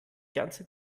ganze